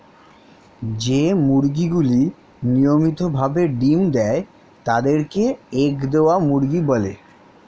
যেই মুরগিগুলি নিয়মিত ভাবে ডিম্ দেয় তাদের কে এগ দেওয়া মুরগি বলে